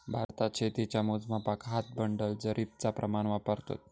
भारतात शेतीच्या मोजमापाक हात, बंडल, जरीबचा प्रमाण वापरतत